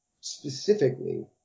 specifically